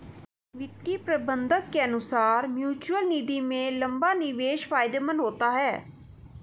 वित्तीय प्रबंधक के अनुसार म्यूचअल निधि में लंबा निवेश फायदेमंद होता है